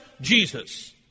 Jesus